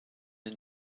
den